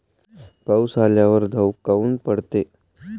पाऊस आल्यावर दव काऊन पडते?